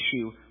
issue